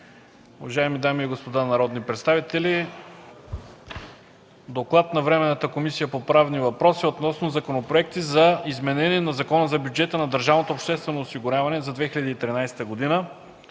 уважаеми дами и господа народни представители! „ДОКЛАД на Временната комисия по правни въпроси относно законопроекти за изменение на Закона за бюджета на държавното обществено осигуряване за 2013 г.,